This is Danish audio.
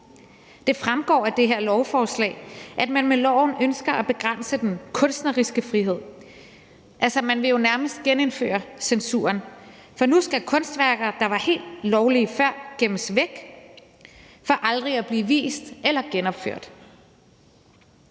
Det fremgår af det her lovforslag, at man med loven ønsker at begrænse den kunstneriske frihed. Altså, man vil jo nærmest genindføre censuren, for nu skal kunstværker, der var helt lovlige før, gemmes væk for aldrig at blive vist eller genopført.